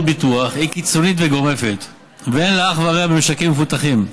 ביטוח היא קיצונית וגורפת ואין לה אח ורע במשקים מפותחים.